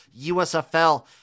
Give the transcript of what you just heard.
USFL